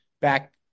back